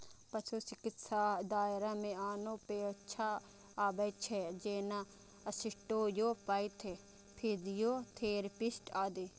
पशु चिकित्साक दायरा मे आनो पेशा आबै छै, जेना आस्टियोपैथ, फिजियोथेरेपिस्ट आदि